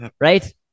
Right